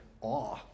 awe